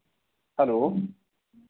hello